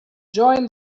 join